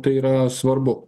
tai yra svarbu